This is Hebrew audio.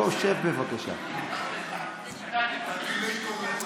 מתחיל להתעורר.